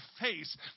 face